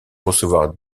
recevoir